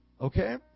Okay